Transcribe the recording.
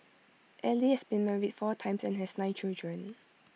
Ali has been married four times and has nine children